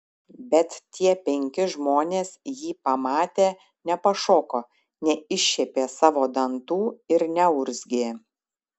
bet tie penki žmonės jį pamatę nepašoko neiššiepė savo dantų ir neurzgė